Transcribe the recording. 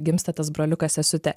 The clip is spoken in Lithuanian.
gimsta tas broliukas sesutė